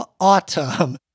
Autumn